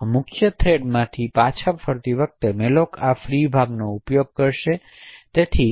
હવે મુખ્ય થ્રેડમાંથી આવતાપછી મેમરીના આ ફ્રી ભાગનો ઉપયોગ કરશે અને તેથી